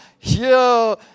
yo